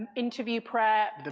interview prep?